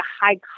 high